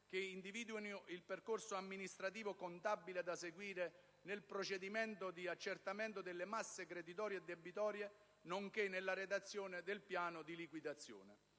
che individuino il percorso amministrativo-contabile da seguire nel procedimento di accertamento delle masse creditorie e debitorie, nonché nella redazione del piano di liquidazione.